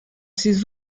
ses